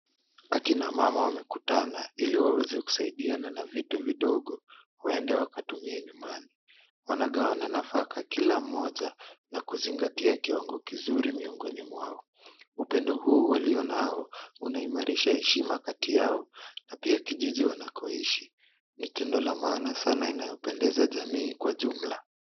Akina mama wamekutana ili waweze kusaidiana na vitu vidogo waende wakatumie nyumbani. Wanagawana nafaka kila mmoja na kuzingatia kiwango kizuri miongoni mwao. Upendo huu walio nao, unaimarisha heshima kati yao na pia kijiji wanakoishi, ni tendo la maana sana inayopendeza jamii kwa jumla.